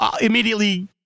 immediately